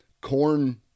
Corn